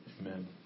amen